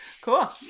Cool